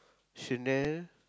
Chanel